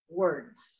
words